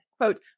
quote